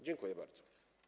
Dziękuję bardzo.